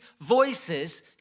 voices